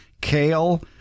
kale